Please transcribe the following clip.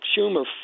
Schumer